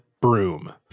broom